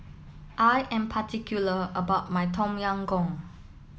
I am particular about my Tom Yam Goong